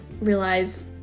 realize